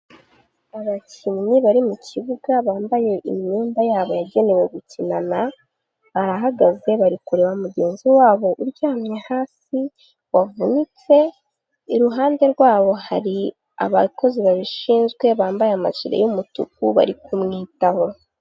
Abakinnyi bari mu kibuga bambaye imyenda yabo yagenewe gukinana, barahagaze bari kureba mugenzi wabo uryamye hasi wavunitse, iruhande rwabo hari abakozi babishinzwe bambaye amajire y'umutuku bari kumwitaho.